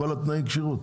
כל התנאי כשירות,